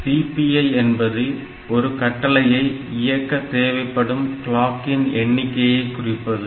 CPI என்பது ஒரு கட்டளையை இயக்க தேவைப்படும் கிளாக்கின் எண்ணிக்கையை குறிப்பது